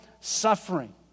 suffering